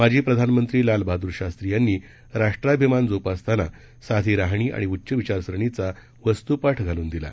माजी प्रधानमंत्री लालबहादूर शास्त्री यांनी राष्ट्राभिमान जोपासताना साधी राहणी आणि उच्च विचारसरणीचा वस्तूपाठ घालून दिला